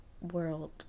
world